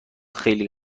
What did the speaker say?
خیلی